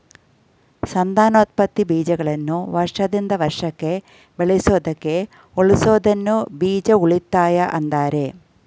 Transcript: ಸಂತಾನೋತ್ಪತ್ತಿ ಬೀಜಗಳನ್ನು ವರ್ಷದಿಂದ ವರ್ಷಕ್ಕೆ ಬಳಸೋದಕ್ಕೆ ಉಳಿಸೋದನ್ನ ಬೀಜ ಉಳಿತಾಯ ಅಂತಾರೆ